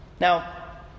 Now